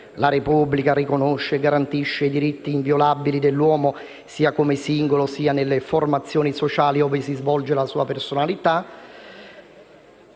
(«La Repubblica riconosce e garantisce i diritti inviolabili dell'uomo, sia come singolo sia nelle formazioni sociali ove si svolge la sua personalità,